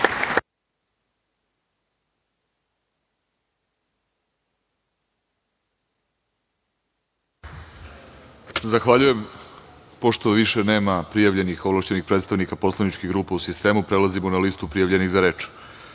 Zahvaljujem. Pošto više nema prijavljenih ovlašćenih predstavnika poslaničkih grupa u sistemu, prelazimo na lisu prijavljenih za reč. Prvi